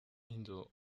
into